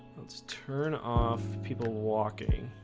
let's turn off people walking